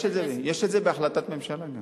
יש את זה גם בהחלטת ממשלה.